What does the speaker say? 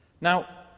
Now